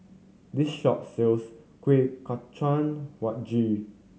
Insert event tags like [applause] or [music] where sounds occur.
this shop sells kuih kacang [unintelligible]